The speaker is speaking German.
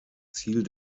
ziel